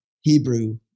Hebrew